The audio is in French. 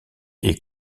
est